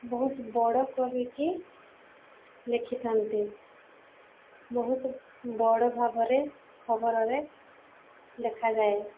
ବହୁତ ବଡ଼ କରିକି ଲେଖିଥାନ୍ତି ବହୁତ ବଡ଼ ଭାବରେ ଖବରରେ ଦେଖାଯାଏ